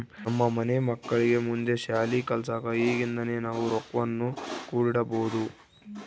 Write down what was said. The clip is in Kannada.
ನಮ್ಮ ಮನೆ ಮಕ್ಕಳಿಗೆ ಮುಂದೆ ಶಾಲಿ ಕಲ್ಸಕ ಈಗಿಂದನೇ ನಾವು ರೊಕ್ವನ್ನು ಕೂಡಿಡಬೋದು